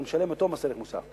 אתה משלם אותו מס ערך מוסף.